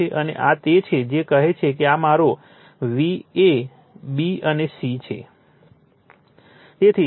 અને આ તે છે જે કહે છે કે આ મારો v a b અને c છે